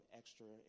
extra